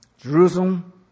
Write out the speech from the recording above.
Jerusalem